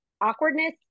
awkwardness